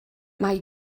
mae